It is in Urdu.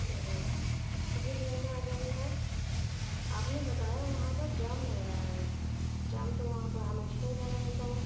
جی کتنی دیر میں آ جائیں گے آپ آپ نے بتایا وہاں پر جام لگ رہا ہے جام تو وہاں پر ہمیشہ ہی لگا رہتا ہے